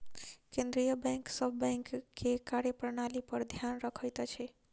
केंद्रीय बैंक सभ बैंक के कार्य प्रणाली पर ध्यान रखैत अछि